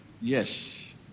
Yes